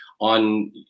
on